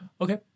Okay